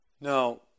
Now